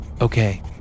okay